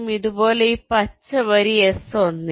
അതുപോലെ ഈ പച്ച വരി എസ് 1 ന്